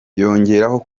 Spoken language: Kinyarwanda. yongeraho